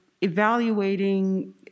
evaluating